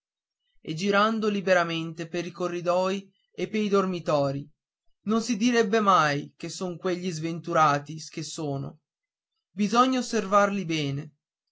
e girando liberamente per i corridoi e pei dormitori non si direbbe mai che son quegli sventurati che sono bisogna osservarli bene